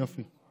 יופי.